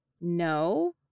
no